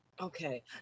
Okay